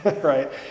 right